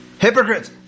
hypocrites